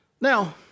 Now